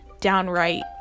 downright